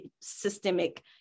systemic